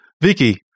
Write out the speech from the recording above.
vicky